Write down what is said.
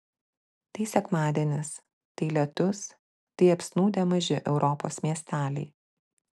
tai sekmadienis tai lietus tai apsnūdę maži europos miesteliai